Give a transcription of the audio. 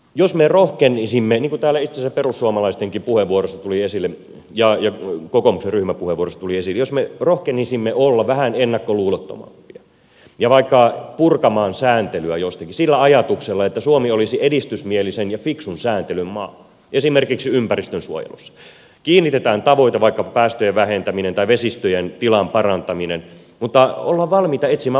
jos me rohkenisimme niin kuin täällä itse asiassa perussuomalaistenkin puheenvuorossa tuli esille ja jo kokoomusryhmä huevos tulisi jos kokoomuksen ryhmäpuheenvuorossa olla vähän ennakkoluulottomampia ja vaikka purkaa sääntelyä jostakin sillä ajatuksella että suomi olisi edistysmielisen ja fiksun sääntelyn maa esimerkiksi ympäristönsuojelussa kiinnitetään tavoite vaikkapa päästöjen vähentäminen tai vesistöjen tilan parantaminen mutta ollaan valmiita etsimään uudenlaisia keinoja